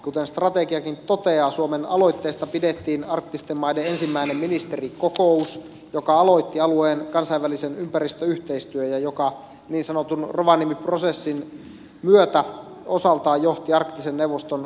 kuten strategiakin toteaa suomen aloitteesta pidettiin arktisten maiden ensimmäinen ministerikokous joka aloitti alueen kansainvälisen ympäristöyhteistyön ja joka niin sanotun rovaniemi prosessin myötä osaltaan johti arktisen neuvoston perustamiseen